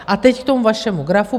A teď k tomu vašemu grafu.